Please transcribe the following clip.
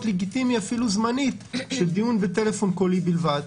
לגיטימי אפילו זמנית של דיון בטלפון קולי בלבד.